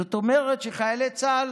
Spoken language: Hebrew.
זאת אומרת שחיילי צה"ל